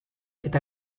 eta